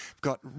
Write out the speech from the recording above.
got